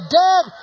dead